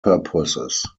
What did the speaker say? purposes